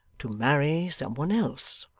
to marry some one else